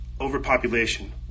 overpopulation